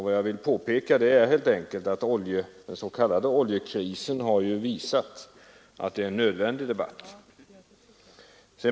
Vad jag vill påpeka är helt enkelt att den s.k. oljekrisen har visat att det är en nödvändig debatt.